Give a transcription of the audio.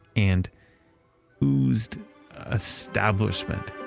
and oozed establishment.